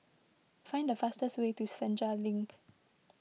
find the fastest way to Senja Link